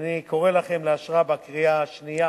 ואני קורא לכם לאשרה בקריאה שנייה